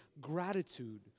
gratitude